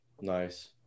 Nice